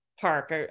park